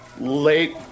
late